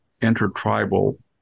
intertribal